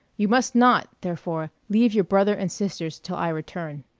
you must not, therefore, leave your brother and sisters till i return.